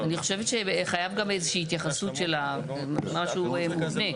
אני חושבת שחייב גם איזושהי התייחסות של משהו מובנה,